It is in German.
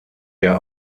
der